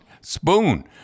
Spoon